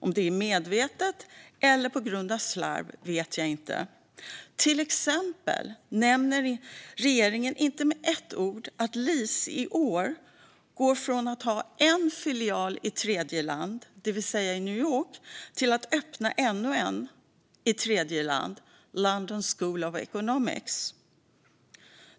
Om det är medvetet eller på grund av slarv vet jag inte. Till exempel nämner regeringen inte med ett ord att LIS i år går från att ha en filial i tredjeland, i New York, till att öppna ännu en i tredjeland, vid London School of Economics.